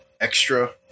extra